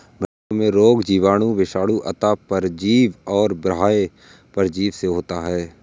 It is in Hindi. भेंड़ों में रोग जीवाणु, विषाणु, अन्तः परजीवी और बाह्य परजीवी से होता है